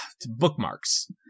bookmarks